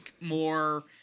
more